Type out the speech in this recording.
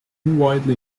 widely